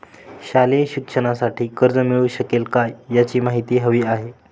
शालेय शिक्षणासाठी कर्ज मिळू शकेल काय? याची माहिती हवी आहे